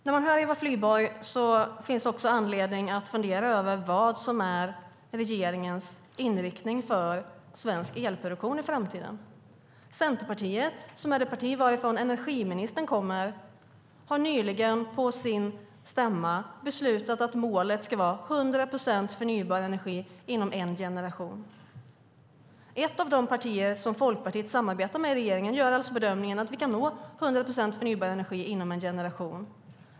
När man hör Eva Flyborg finns det också anledning att fundera över vad som är regeringens inriktning för svensk elproduktion i framtiden. Centerpartiet, som är det parti som energiministern kommer från, har nyligen på sin stämma beslutat att målet ska vara 100 procent förnybar energi inom en generation. Ett av de partier som Folkpartiet samarbetar med i regeringen gör alltså bedömningen att vi kan nå 100 procent förnybar energi inom en generation.